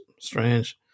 strange